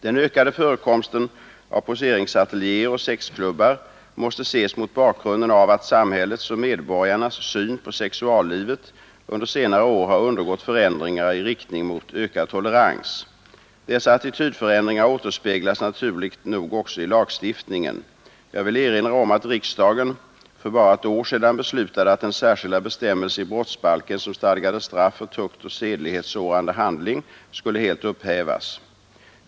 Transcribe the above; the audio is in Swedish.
Den ökade förekomsten av poseringsateljéer och sexklubbar måste ses mot bakgrunden av att samhällets och medborgarnas syn på sexuallivet under senare år har undergått förändringar i riktning mot ökad tolerans. Dessa attitydförändringar återspeglas naturligt nog också i lagstiftningen. Jag vill erinra om att riksdagen för bara ett år sedan beslutade att den särskilda bestämmelse i brottsbalken som stadgade straff för tukt och sedlighet sårande handling skulle helt upphävas.